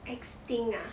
extinct ah